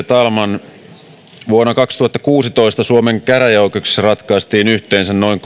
talman vuonna kaksituhattakuusitoista suomen käräjäoikeuksissa ratkaistiin yhteensä noin